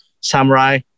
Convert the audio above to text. samurai